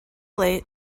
late